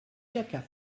jacquat